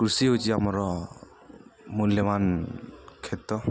କୃଷି ହେଉଛି ଆମର ମୂଲ୍ୟବାନ କ୍ଷେତ